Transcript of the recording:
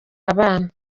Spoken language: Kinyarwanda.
abana